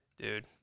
Dude